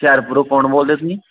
ਹੁਸ਼ਿਆਰਪੁਰੋਂ ਕੋਣ ਬੋਲਦੇ ਤੁਸੀਂ